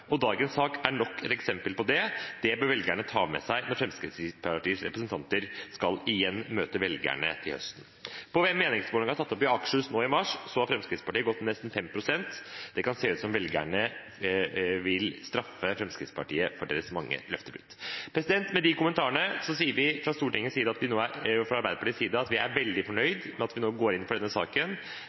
og dagens sak er nok et eksempel på det. Det bør velgerne ta med seg når Fremskrittspartiets representanter igjen skal møte velgerne til høsten. På meningsmålingen foretatt i Akershus nå i mars, har Fremskrittspartiet gått ned med nesten 5 pst. Det kan se ut som om velgerne vil straffe Fremskrittspartiet for deres mange løftebrudd. Med de kommentarene sier vi fra Arbeiderpartiets side at vi er veldig fornøyd med at vi nå går inn for denne saken. Vi er fornøyd med at vi nå